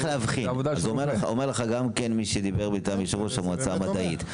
אומר לך גם מי שדיבר מטעם יושב-ראש המועצה המדעית,